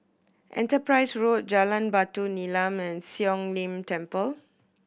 Enterprise Road Jalan Batu Nilam and Siong Lim Temple